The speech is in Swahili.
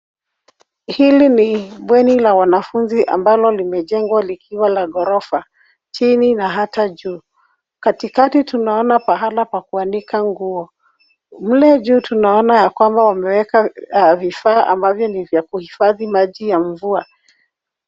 Hili ni bweni la wanafunzi ambalo limejengwa likiwa la ghorofa chini na hata juu. Katikati tunaona pahali pa kuanika nguo, mle juu tunaona ya kwamba wameweka vifaa ambavyo ni vya kuhifadhi maji ya mvua.